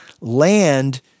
land